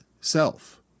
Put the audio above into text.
self